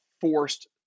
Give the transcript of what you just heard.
forced